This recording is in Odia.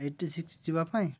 ଏଇଟି ସିକ୍ସ ଯିବା ପାଇଁଁ